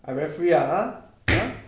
I very free ah !huh! !huh!